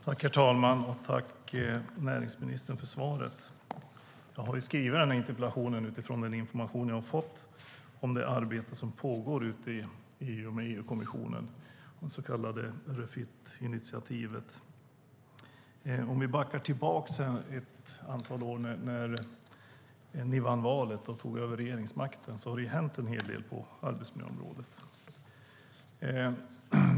Herr talman! Tack, näringsministern, för svaret! Jag har skrivit interpellationen utifrån den information jag har fått om det arbete som pågår i EU-kommissionen med det så kallade Refit-initiativet. Sedan ni vann valet och tog över regeringsmakten har det hänt en hel del på arbetsmiljöområdet.